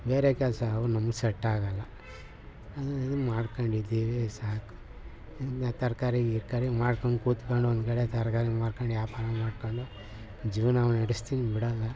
ಬೇರೆ ಕೆಲಸ ಅವು ನಮಗೆ ಸೆಟ್ಟಾಗೋಲ್ಲ ಅದು ಇದು ಮಾಡ್ಕೊಂಡಿದಿವಿ ಸಾಕು ಇನ್ಮೇಲೆ ತರಕಾರಿ ಗಿರ್ಕಾರಿ ಮಾರ್ಕೊಂಡು ಕುತ್ಕಂಡು ಒಂದುಕಡೆ ತರಕಾರಿ ಮಾರ್ಕಂಡು ವ್ಯಾಪಾರ ಮಾಡ್ಕೊಂಡು ಜೀವನವ ನಡಸ್ತೀನಿ ಬಿಡಲ್ಲ